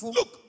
Look